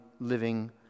living